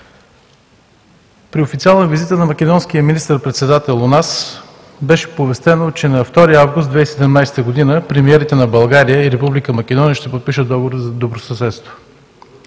При официална визита на македонския министър-председател у нас беше оповестено, че на 2 август 2017 г. премиерите на България и Република Македония ще подпишат Договор за добросъседство.